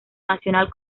nacional